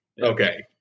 Okay